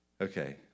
Okay